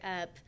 up